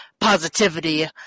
positivity